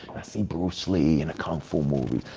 i see bruce lee in a kung fu movie.